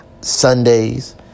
Sundays